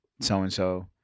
so-and-so